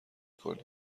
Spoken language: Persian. کنی